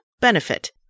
Benefit